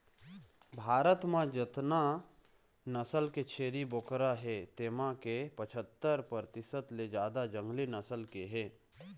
भारत म जतना नसल के छेरी बोकरा हे तेमा के पछत्तर परतिसत ले जादा जंगली नसल के हे